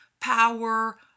power